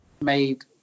made